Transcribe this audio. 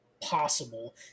possible